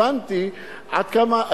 עד כמה,